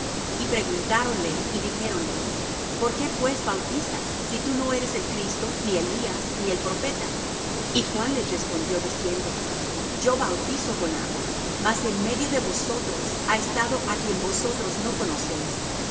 y preguntáronle y dijéronle por qué pues bautizas si tú no eres el cristo ni elías ni el profeta y juan les respondió diciendo yo bautizo con agua mas en medio de vosotros ha estado á quien vosotros no conocéis